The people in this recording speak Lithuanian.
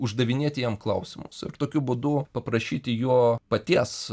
uždavinėti jam klausimus ir tokiu būdų paprašyti jo paties